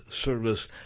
service